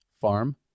farm